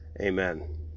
Amen